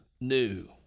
new